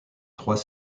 trois